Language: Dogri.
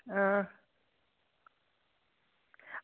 हां